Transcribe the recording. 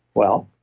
well,